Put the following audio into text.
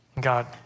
God